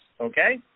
okay